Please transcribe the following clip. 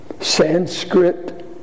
Sanskrit